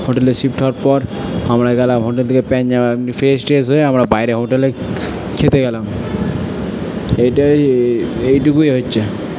হোটেলে শিফট হওয়ার পর আমরা গেলাম হোটেল থেকে প্যান্ট জামা এমনি ফ্রেশ ট্রেশ হয়ে আমরা বাইরে হোটেলে খেতে গেলাম এইটাই এইটুকুই হচ্ছে